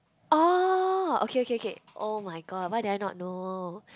oh okay okay okay [oh]-my-god why did I not know